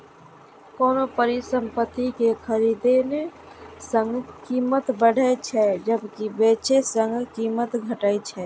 कोनो परिसंपत्ति कें खरीदने सं कीमत बढ़ै छै, जबकि बेचै सं कीमत घटि जाइ छै